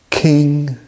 King